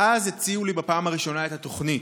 ואז הציעו לי בפעם הראשונה את התוכנית.